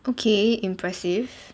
okay impressive